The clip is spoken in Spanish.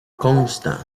consta